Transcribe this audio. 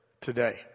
today